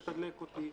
תתדלק לי.